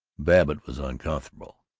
babbitt was uncomfortable.